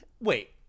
Wait